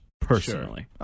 personally